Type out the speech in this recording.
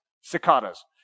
cicadas